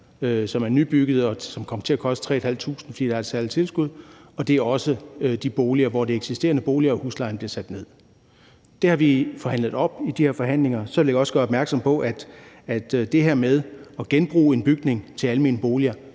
som er nybyggede, og som kommer til at koste 3.500 kr. i husleje, fordi der er et særligt tilskud, og også de eksisterende boliger, hvor huslejen bliver sat ned. Det har vi fået igennem i de her forhandlinger. Så vil jeg også gøre opmærksom på, at det her med at genbruge en bygning til almene boliger